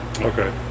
Okay